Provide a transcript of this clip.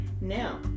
Now